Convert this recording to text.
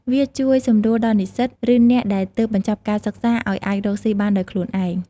វាជួយសម្រួលដល់និស្សិត ឬអ្នកដែលទើបបញ្ចប់ការសិក្សាឱ្យអាចរកស៊ីបានដោយខ្លួនឯង។